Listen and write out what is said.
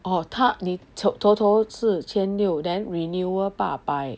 oh 他你头头是千六 then renewal 八百